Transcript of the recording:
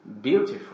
beautiful